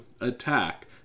Attack